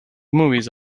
movies